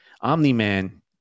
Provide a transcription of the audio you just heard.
Omni-Man